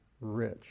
rich